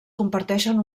comparteixen